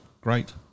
great